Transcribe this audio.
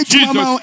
Jesus